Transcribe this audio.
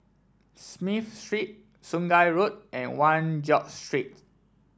Smith Street Sungei Road and One George Street